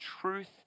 truth